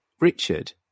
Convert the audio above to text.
Richard